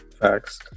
facts